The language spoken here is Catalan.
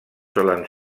solen